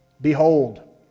Behold